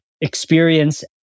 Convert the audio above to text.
experience